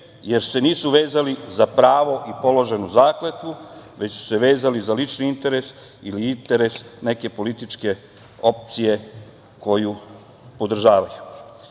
jer se nisu vezali za pravo i položenu zakletvu, već su se vezali za lični interes ili interes neke političke opcije koju podržavaju. Naš